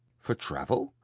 for travel!